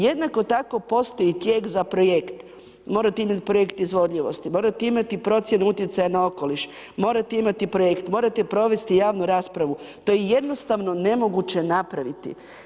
Jednako tako postoji tijek za projekt, morate imati projekt izvodljivosti, morate imati procjenu utjecaja na okoliš, morate imati projekt, morate provesti javnu raspravu, to je jednostavno nemoguće napraviti.